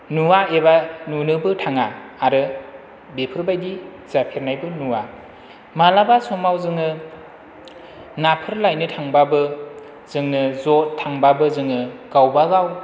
नुवा एबा नुनोबो थाङा आरो बेफोरबायदि जाफेरनायबो नुवा मालाबा समाव जोङो नाफोर लायनो थांबाबो जोङो ज' थांबाबो जोङो गावबा गाव